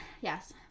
yes